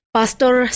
Pastor